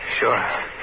Sure